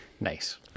Nice